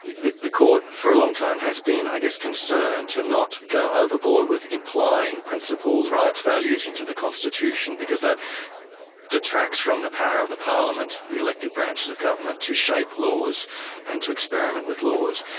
the the court for a long time has been i guess concerned to not go overboard with implying principles, rights, values into the constitution, because that detracts from the power of the parliament, the elected branches of government, to shape laws and to experiment with laws.